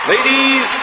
Ladies